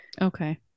Okay